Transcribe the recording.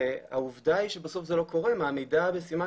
העובדה היא שבסוף זה לא קורה מעמידה בסימן